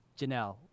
janelle